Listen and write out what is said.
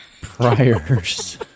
priors